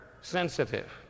sensitive